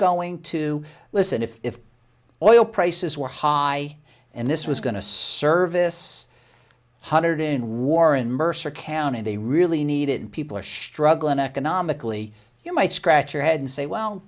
going to listen if oil prices were high and this was going to service hundred in warren mercer county they really needed people are struggling economically you might scratch your head and say well